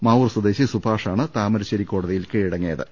മാവൂർ സ്വദേശി സുഭാ ഷാണ് താമരശ്ശേരി കോടതിയിൽ കീഴടങ്ങിയത്